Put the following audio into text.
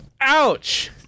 Ouch